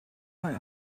are